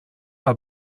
are